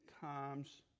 times